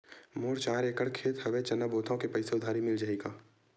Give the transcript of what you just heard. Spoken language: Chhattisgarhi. मोर चार एकड़ खेत हवे चना बोथव के पईसा उधारी मिल जाही एक बार मा?